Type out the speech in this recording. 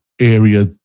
area